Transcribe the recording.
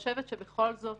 אני חושבת שבחקיקה